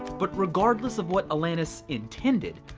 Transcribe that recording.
but regardless of what alanis intended,